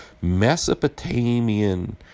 Mesopotamian